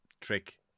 trick